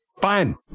fine